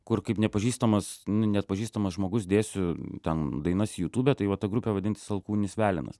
kur kaip nepažįstamas nu neatpažįstamas žmogus dėsiu ten dainas į jutubę tai va ta grupė vadinsis alkūninis velenas